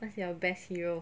what's your best hero